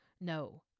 no